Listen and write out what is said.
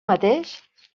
mateix